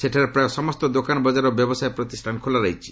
ସେଠାରେ ପ୍ରାୟ ସମସ୍ତ ଦୋକାନ ବଜାର ଓ ବ୍ୟବସାୟ ପ୍ରତିଷ୍ଠାନ ଖୋଲା ରହିଛି